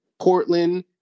Portland